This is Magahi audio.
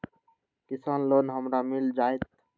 किसान लोन हमरा मिल जायत?